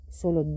solo